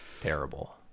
terrible